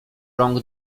rąk